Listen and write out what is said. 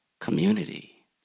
community